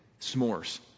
s'mores